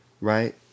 right